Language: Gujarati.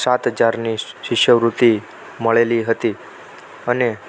સાત હજારની શિષ્યવૃતિ મળેલી હતી અને